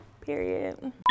Period